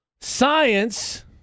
Science